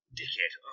dickhead